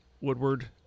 Woodward